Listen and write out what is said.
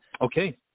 Okay